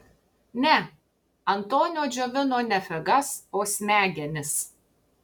ne antonio džiovino ne figas o smegenis